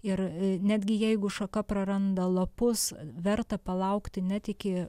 ir netgi jeigu šaka praranda lapus verta palaukti net iki